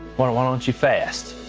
why don't why don't you fast.